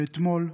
אתמול,